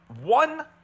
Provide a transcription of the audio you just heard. one